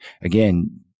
Again